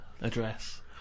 address